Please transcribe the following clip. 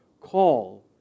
call